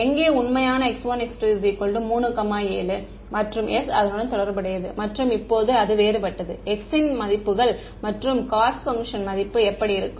எங்கே உண்மையான x1 x2 3 7 மற்றும் s அதனுடன் தொடர்புடையது மற்றும் இப்போது அது வேறுபட்டது x ன் இன் மதிப்புகள் மற்றும் காஸ்ட் பங்க்ஷன் மதிப்பு எப்படி இருக்கும்